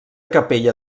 capella